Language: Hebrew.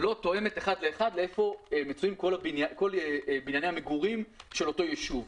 לא תואמת אחד לאחד איפה נמצאים כל בנייני המגורים של אותו ישוב.